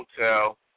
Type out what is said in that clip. hotel